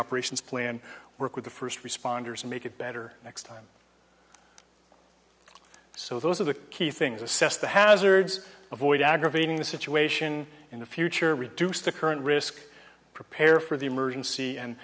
operations plan work with the first responders and make it better next time so those are the key things assess the hazards of void aggravating the situation in the future reduce the current risk prepare for the emergency and